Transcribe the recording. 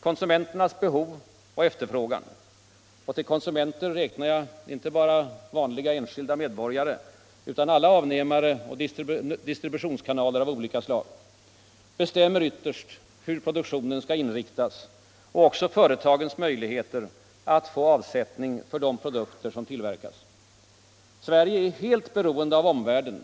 Konsumenternas behov och efterfrågan — och till konsumenter räknar jag inte bara vanliga enskilda medborgare utan också alla avnämare och distributionskanaler av olika slag — bestämmer ytterst produktionens inriktning och även företagens möjligheter att få avsättning för de produkter som tillverkas. Sverige är helt beroende av omvärlden.